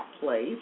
place